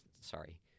sorry –